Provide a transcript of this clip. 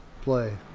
play